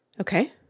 Okay